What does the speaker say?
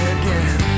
again